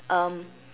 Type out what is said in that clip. um